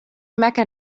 mecca